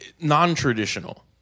non-traditional